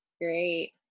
great